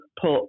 put